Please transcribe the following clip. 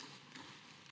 Hvala